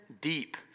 Deep